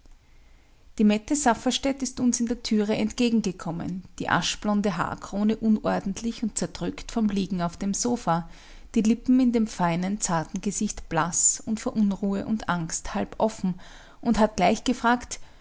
die mette safferstätt ist uns in der türe entgegengekommen die aschblonde haarkrone unordentlich und zerdrückt vom liegen auf dem sofa die lippen in dem feinen zarten gesicht blaß und vor unruhe und angst halb offen und hat gleich gefragt